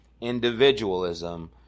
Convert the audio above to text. individualism